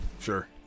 Sure